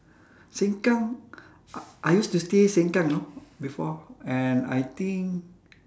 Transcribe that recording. seng kang I I used to stay seng kang you know before and I think